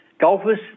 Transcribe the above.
golfers